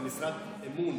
אבל זו משרת אמון.